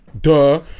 duh